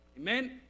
Amen